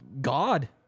God